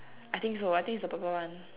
I think so I think is the purple one